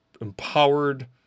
empowered